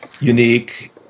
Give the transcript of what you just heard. unique